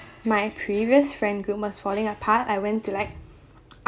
my previous friend group was falling apart I went to like